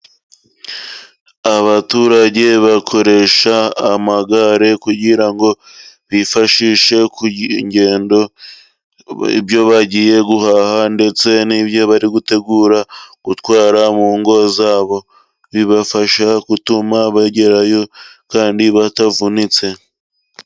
Abaturage bakoresha amagare kugira ngo biifashishe ingendo ,ibyo bagiye guhaha ndetse n'ibyo bari gutegura gutwara mu ngo zabo ,bibafasha gutuma bagerayo kandi batavunitse.